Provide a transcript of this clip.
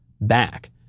back